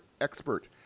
Expert